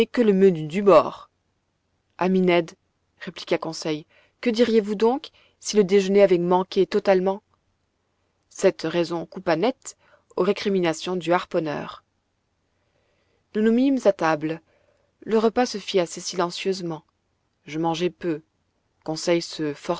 que le menu du bord ami ned répliqua conseil que diriez-vous donc si le déjeuner avait manqué totalement cette raison coupa net aux récriminations du harponneur nous nous mîmes à table le repas se fit assez silencieusement je mangeai peu conseil se